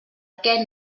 què